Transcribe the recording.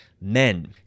men